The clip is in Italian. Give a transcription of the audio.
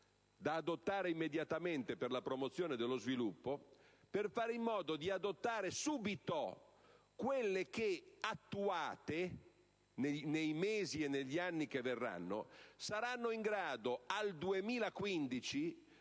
da adottare immediatamente per la promozione dello sviluppo, per fare in modo di porre in essere subito quelle che, attuate, negli anni che verranno saranno in grado di